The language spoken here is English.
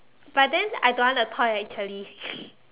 but then I don't want the toy actually